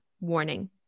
warning